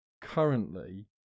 currently